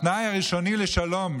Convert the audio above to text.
התנאי הראשוני לשלום,